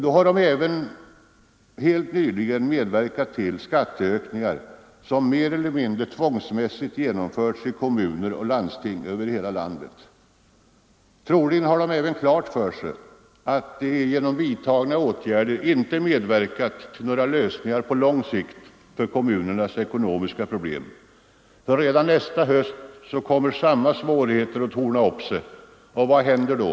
Då har de också helt nyligen medverkat till de skatteökningar som mer eller mindre tvångsmässigt genomförts i kommuner och landsting över hela landet. Troligen har de även klart för sig att de genom vidtagna åtgärder inte medverkat till några lösningar på lång sikt av kommunernas ekonomiska problem. Redan nästa höst kommer sarama svårigheter att torna upp sig, och vad händer då?